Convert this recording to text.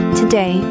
today